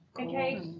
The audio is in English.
Okay